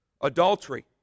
Adultery